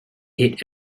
hit